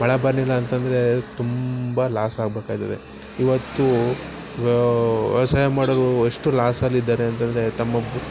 ಮಳೆ ಬರಲಿಲ್ಲ ಅಂತಂದರೆ ತುಂಬ ಲಾಸ್ ಆಗಬೇಕಾಯ್ತದೆ ಇವತ್ತು ವ್ಯವಸಾಯ ಮಾಡೋರು ಎಷ್ಟು ಲಾಸ್ ಅಲ್ಲಿ ಇದ್ದಾರೆ ಅಂತಂದರೆ ತಮ್ಮ